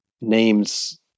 names